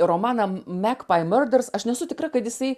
romaną m magpie murders aš nesu tikra kad jisai